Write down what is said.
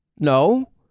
No